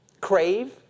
crave